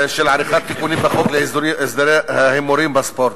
עריכת תיקונים בחוק להסדר ההימורים בספורט,